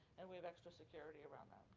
and we have extra security around them.